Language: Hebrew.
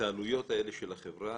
את העלויות האלה של החברה,